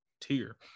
tier